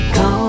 go